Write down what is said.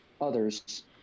others